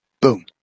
boom